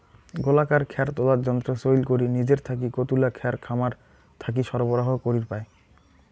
গোলাকার খ্যার তোলার যন্ত্র চইল করি নিজের থাকি কতুলা খ্যার খামার থাকি সরবরাহ করির পায়?